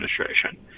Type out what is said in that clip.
administration